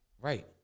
right